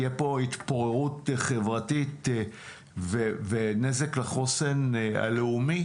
תהיה פה התפוררות חברתית ונזק לחוסן הלאומי